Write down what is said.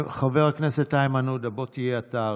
חבר הכנסת איימן עודה, בוא תהיה אתה הראשון,